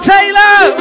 Taylor